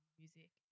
music